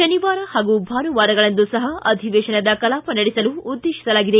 ಶನಿವಾರ ಹಾಗೂ ಭಾನುವಾರಗಳಂದು ಸಹ ಅಧಿವೇಶನದ ಕಲಾಪ ನಡೆಸಲು ಉದ್ವೇಶಿಸಲಾಗಿದೆ